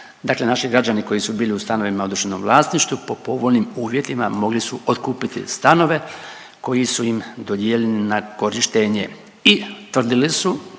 dakle naši građani koji su bili u stanovima u određenom vlasništvu po povoljnim uvjetima mogli su otkupiti stanove koji su im dodijeljeni na korištenje i tvrdili su